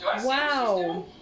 Wow